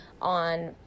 on